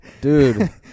dude